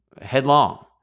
headlong